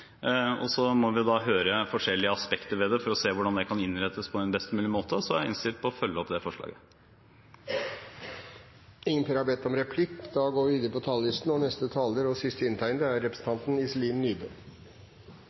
det. Så må vi høre forskjellige aspekter ved det for å se hvordan det kan innrettes på en best mulig måte, og så er jeg innstilt på å følge opp det forslaget. Replikkordskiftet er omme. De talere som heretter får ordet, har en taletid på inntil 3 minutter. Jeg har lyst til å kommentere innlegget fra representanten